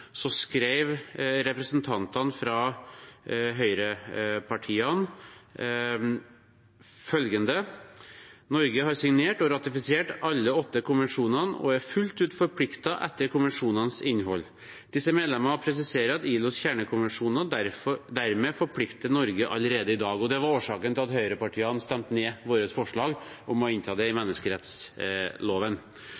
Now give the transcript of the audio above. skrev representantene fra høyrepartiene følgende: «Norge har signert og ratifisert alle åtte konvensjonene og er fullt ut forpliktet etter konvensjonenes innhold. Disse medlemmer presiserer at ILOs kjernekonvensjoner dermed forplikter Norge allerede i dag.» Det var årsaken til at høyrepartiene stemte ned vårt forslag om å innta det i